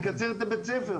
נקצר את הבית ספר?